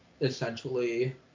essentially